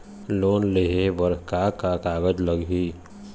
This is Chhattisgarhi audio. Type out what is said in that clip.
लोन लेहे बर का का कागज लगही?